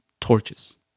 torches